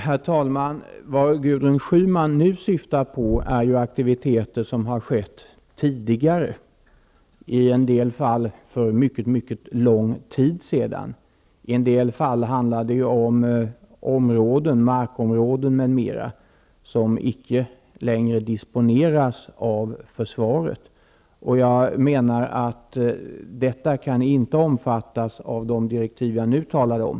Herr talman! Gudrun Schyman syftar nu på aktiviteter som har skett tidigare, i en del för mycket lång tid sedan. I en del fall gäller det t.ex. markområden som icke längre disponeras av försvaret. Detta kan inte omfattas av de direktiv jag nu talar om.